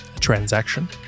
transaction